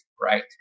right